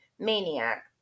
Maniac